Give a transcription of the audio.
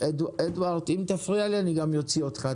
-- אדוארד, אם תפריע לי, אני גם אוציא אותך.